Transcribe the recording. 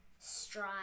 strive